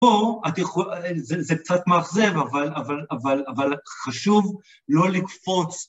פה, זה קצת מאכזב, אבל חשוב לא לקפוץ.